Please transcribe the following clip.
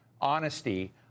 honesty